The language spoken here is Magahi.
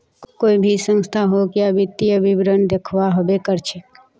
कोई भी संस्था होक या इंसान वित्तीय विवरण दखव्वा हबे कर छेक